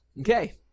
Okay